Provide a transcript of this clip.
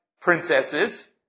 princesses